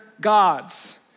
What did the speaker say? gods